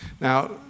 Now